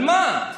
על מה?